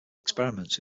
experiments